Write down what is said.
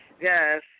Yes